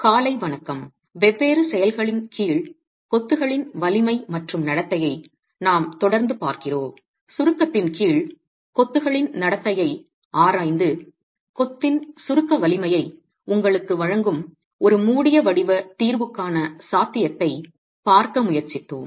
காலை வணக்கம் வெவ்வேறு செயல்களின் கீழ் கொத்துகளின் வலிமை மற்றும் நடத்தையை நாம் தொடர்ந்து பார்க்கிறோம் சுருக்கத்தின் கீழ் கொத்துகளின் நடத்தையை ஆராய்ந்து கொத்தின் சுருக்க வலிமையை உங்களுக்கு வழங்கும் ஒரு மூடிய வடிவ தீர்வுக்கான சாத்தியத்தைப் பார்க்க முயற்சித்தோம்